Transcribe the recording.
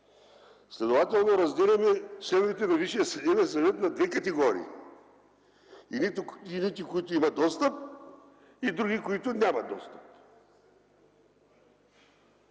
Следователно разделяме членовете на Висшия съдебен съвет на две категории – едните, които имат достъп, и други, които нямат достъп.